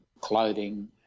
clothing